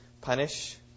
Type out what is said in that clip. punish